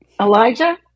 Elijah